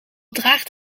draagt